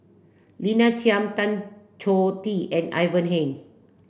Lina Chiam Tan Choh Tee and Ivan Heng